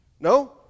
No